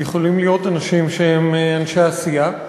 יכולים להיות אנשים שהם אנשי עשייה,